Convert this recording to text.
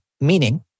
meaning